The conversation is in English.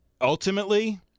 ultimately